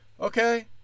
Okay